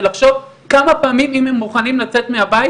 ולחשוב כמה פעמים אם הם מוכנים לצאת מהבית,